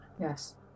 yes